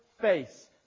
face